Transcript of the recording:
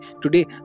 today